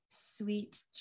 sweet